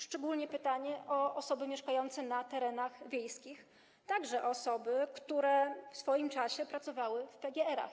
Szczególnie jest to pytanie o osoby mieszkające na terenach wiejskich, także o osoby, które w swoim czasie pracowały w PGR-ach.